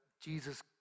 Jesus